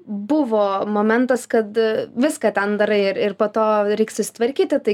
buvo momentas kad viską ten darai ir ir po to reik susitvarkyti tai